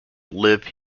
live